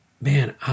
man